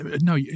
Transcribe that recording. No